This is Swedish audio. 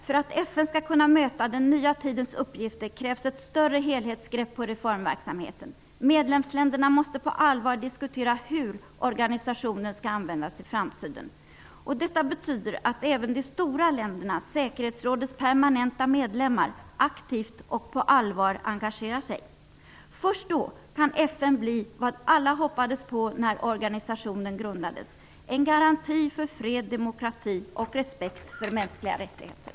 För att FN skall kunna möta den nya tidens uppgifter krävs ett större helhetsgrepp på reformverksamheten. Medlemsländerna måste på allvar diskutera hur organisationen skall användas i framtiden. Detta betyder att även de stora länderna, säkerhetsrådets permanenta medlemmar, aktivt och på allvar engagerar sig. Först då kan FN bli vad alla hoppades på när organisationen grundades: en garanti för fred, demokrati och respekt för mänskliga rättigheter.